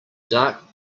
dark